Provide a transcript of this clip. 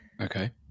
okay